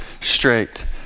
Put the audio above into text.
straight